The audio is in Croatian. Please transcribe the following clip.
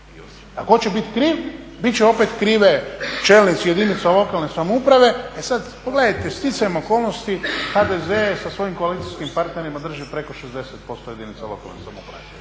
A tko će biti kriv, bit će opet krivi čelnici jedinica lokalne samouprave. E sad pogledajte, sticajem okolnosti HDZ je sa svojim koalicijskim partnerima drži preko 60% jedinica lokalne samouprave.